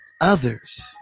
others